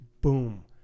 boom